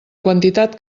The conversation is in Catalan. quantitat